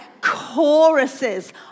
choruses